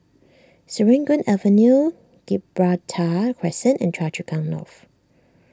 Serangoon Avenue Gibraltar Crescent and Choa Chu Kang North